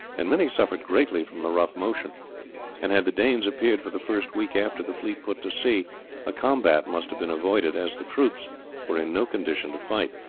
and many suffered greatly from the rough motion and had the danes appeared for the first week after the fleet put to sea a combat must have been avoided, as the troops were in no condition to fight.